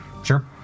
Sure